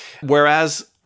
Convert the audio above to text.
whereas